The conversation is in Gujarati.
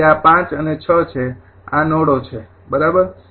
તેથી આ ૫ અને ૬ છે આ નોડો છે બરાબર